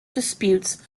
disputes